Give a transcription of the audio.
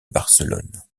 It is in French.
barcelone